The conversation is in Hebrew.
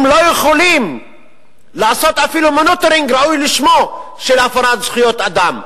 הם לא יכולים לעשות אפילו monitoring ראוי לשמו של הפרת זכויות האדם.